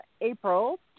April